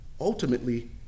ultimately